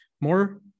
more